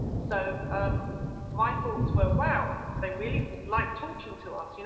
so um my thoughts were wow, they really like talking to us, you